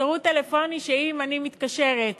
שירות טלפוני שאם אני מתקשרת